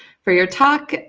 for your talk.